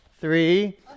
Three